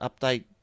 update